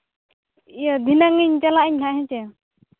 ᱤᱭᱟᱹ ᱫᱷᱤᱱᱟᱹᱝ ᱤᱧ ᱪᱟᱞᱟᱜᱼᱟ ᱦᱮᱸ ᱥᱮ